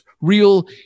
real